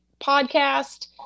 podcast